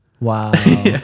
Wow